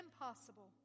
impossible